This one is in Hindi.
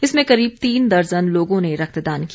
इसमें करीब तीन दर्जन लोगों ने रक्तदान किया